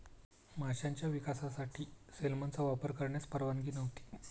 माशांच्या विकासासाठी सेलमनचा वापर करण्यास परवानगी नव्हती